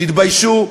תתביישו.